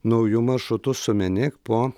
nauju maršrutu sumenėk po